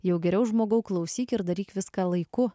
jau geriau žmogau klausyk ir daryk viską laiku